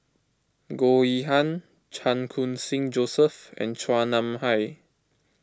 Goh Yihan Chan Khun Sing Joseph and Chua Nam Hai